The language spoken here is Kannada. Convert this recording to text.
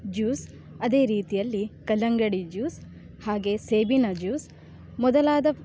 ಜ್ಯೂಸ್ ಅದೇ ರೀತಿಯಲ್ಲಿ ಕಲ್ಲಂಗಡಿ ಜ್ಯೂಸ್ ಹಾಗೇ ಸೇಬಿನ ಜ್ಯೂಸ್ ಮೊದಲಾದ